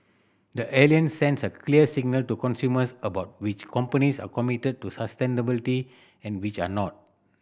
the Alliance sends a clear signal to consumers about which companies are committed to sustainability and which are not